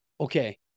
okay